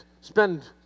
spend